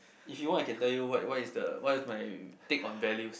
if you want I can tell you what what is the what is my take on values